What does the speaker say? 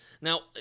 Now